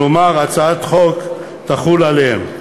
כלומר, הצעת החוק תחול עליהם.